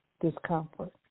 discomfort